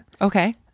Okay